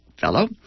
fellow